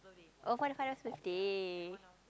oh for the father's birthday